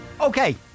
Okay